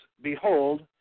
Behold